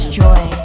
joy